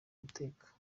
guteka